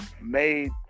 made